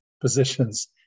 positions